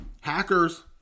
Hackers